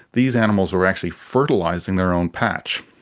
these animals were actually fertilising their own patch,